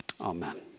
Amen